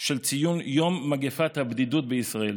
של ציון יום מגפת הבדידות בישראל.